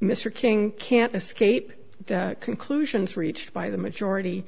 mr king can't escape the conclusions reached by the majority